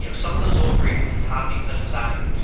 you know some of those old grievances have been put aside.